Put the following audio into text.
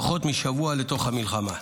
פחות משבוע לתוך המלחמה.